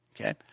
Okay